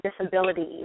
Disabilities